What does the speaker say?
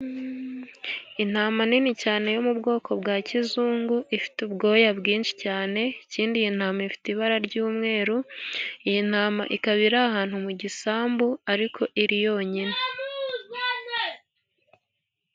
Intama nini cyane yo mu bwoko bwa kizungu, ifite ubwoya bwinshi cyane, ikindi iyi ntama ifite ibara ry'umweru, iyi ntama ikaba iri ahantu mu gisambu, ariko iri yonyine.